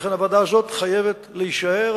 ולכן הוועדה הזאת חייבת להישאר.